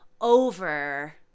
over